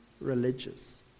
religious